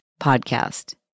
podcast